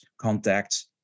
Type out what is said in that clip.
contacts